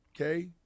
Okay